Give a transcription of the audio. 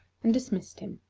and dismissed him.